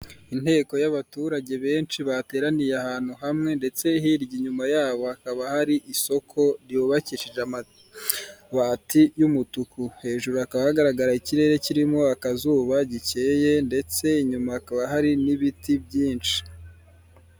Inteko y'abaturage benshi bateraniye ahantu hamwe, ndetse hirya inyuma yabo hakaba hari isoko ryubakishije amabati y'umutuku hejuru hakaba hagaragara ikirere kirimo akazuba gakeye, ndetse inyuma hakaba hari n'ibiti byinshi.